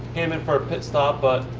um and for a pit stop. but